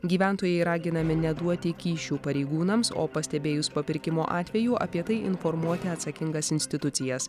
gyventojai raginami neduoti kyšių pareigūnams o pastebėjus papirkimo atvejų apie tai informuoti atsakingas institucijas